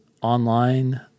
online